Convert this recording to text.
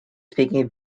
speaking